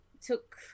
took